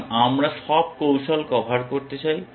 কারণ আমরা সব কৌশল কভার করতে চাই